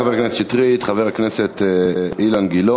חבר הכנסת שטרית.